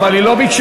אבל היא לא ביקשה.